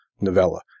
novella